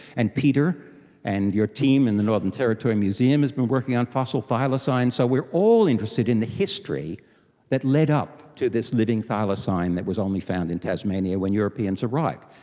and peter and your team in the northern territory museum has been working on fossil thylacines, so we are all interested in the history that led up to this living thylacine that was only found in tasmania when europeans arrived.